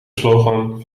slogan